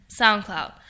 SoundCloud